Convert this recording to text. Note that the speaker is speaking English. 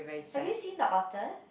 have you seen the otter